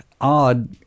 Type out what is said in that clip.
odd